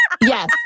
Yes